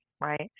Right